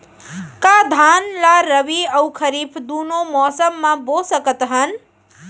का धान ला रबि अऊ खरीफ दूनो मौसम मा बो सकत हन?